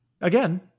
again